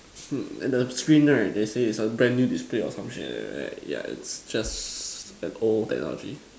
hmm and the screen right they say is a brand new display or some shit like that right yeah it's just an old technology